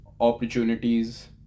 opportunities